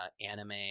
anime